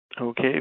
Okay